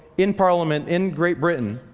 in parliament, in great britain,